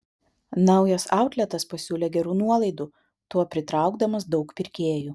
naujas autletas pasiūlė gerų nuolaidų tuo pritraukdamas daug pirkėjų